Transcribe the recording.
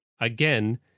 again